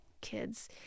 kids